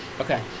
Okay